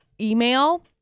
email